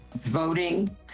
voting